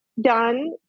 done